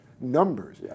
numbers